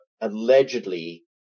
allegedly